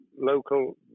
local